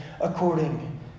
according